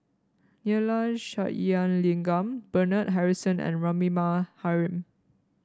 Neila Sathyalingam Bernard Harrison and Rahimah Rahim